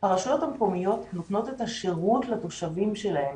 הרשויות המקומיות נותנות את השירות לתושבים שלהן,